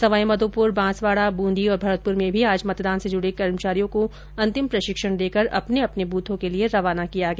सवाईमाधोपुर बांसवाडा बूंदी और भरतपुर में भी आज मतदान से जुडे कर्मचारियों को अंतिम प्रशिक्षण देकर अपने अपने ब्रथों के लिये रवाना किया गया